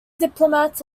diplomats